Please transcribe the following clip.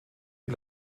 die